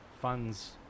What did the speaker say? funds